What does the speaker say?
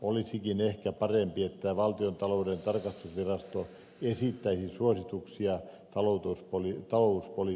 olisikin ehkä parempi että valtiontalouden tarkastusvirasto esittäisi suosituksia talouspolitiikassa